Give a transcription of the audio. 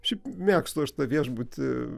šiaip mėgstu aš tą viešbutį